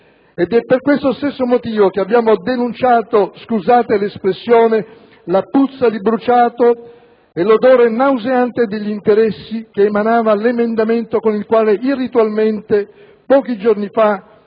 Ed è per questo stesso motivo che abbiamo denunciato - scusate l'espressione - la puzza di bruciato e l'odore nauseante degli interessi che emanava l'emendamento con il quale irritualmente, pochi giorni fa,